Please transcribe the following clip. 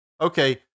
okay